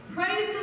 Praise